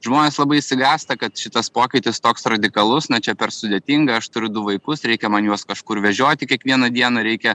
žmonės labai išsigąsta kad šitas pokytis toks radikalus na čia per sudėtinga aš turiu du vaikus reikia man juos kažkur vežioti kiekvieną dieną reikia